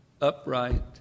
upright